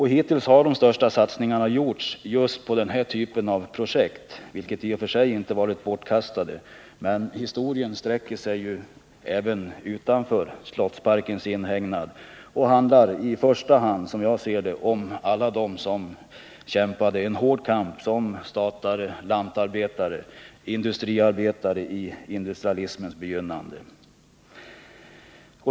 Hittills har de största satsningarna gjorts just på den här typen av projekt, vilket i och för sig inte varit bortkastade satsningar, men historien sträcker sig ju även utanför slottsparkens inhägnad. Historien handlar i första hand om alla dem som kämpade en hård kamp som statare, lantarbetare och industriarbetare i industrialismens begynnande.